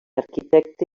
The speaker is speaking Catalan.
arquitecte